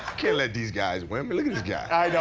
can't let these guys win. look at this guy.